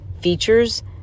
features